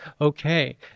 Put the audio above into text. okay